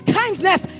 kindness